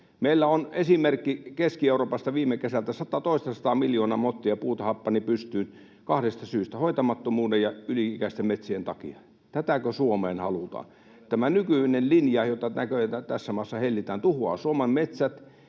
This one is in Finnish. Meillä on esimerkki Keski-Euroopasta viime kesältä. Toistasataa miljoonaa mottia puuta happani pystyyn kahdesta syystä: hoitamattomuuden ja yli-ikäisten metsien takia. Tätäkö Suomeen halutaan? Tämä nykyinen linja, jota näköjään tässä maassa hellitään, tuhoaa Suomen metsät,